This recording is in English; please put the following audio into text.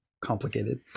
complicated